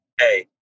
hey